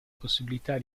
possibilità